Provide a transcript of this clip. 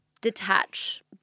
detach